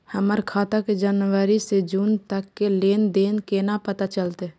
हमर खाता के जनवरी से जून तक के लेन देन केना पता चलते?